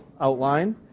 outline